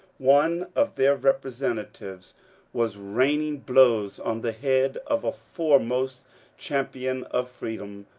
one of their representatives was raining blows on the head of a fore most champion of freedom.